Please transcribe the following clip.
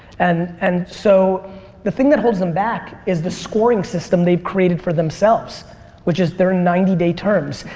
and and so the thing that holds them back is the scoring system they've created for themselves which is they're in ninety day terms.